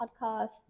podcasts